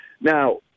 now